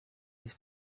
his